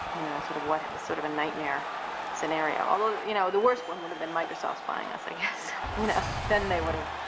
you know, sort of sort of a nightmare scenario. although, you know, the worst one would have been microsoft's buying us, i guess, you know. then they would have,